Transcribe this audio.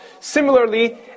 Similarly